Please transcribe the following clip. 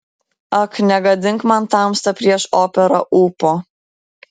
ak negadink man tamsta prieš operą ūpo